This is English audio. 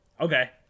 Okay